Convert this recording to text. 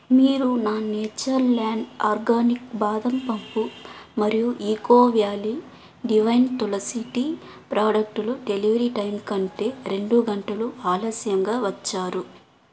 మీరు నా Nature Land organic బాదం పప్పు మరియు Eco Valley Divine Tulsi tea ప్రోడక్టులు డెలివిరీ టైం కంటే రెండు గంటలు ఆలస్యంగా వచ్చారు